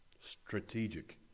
Strategic